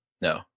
No